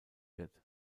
wird